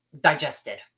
digested